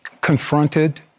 confronted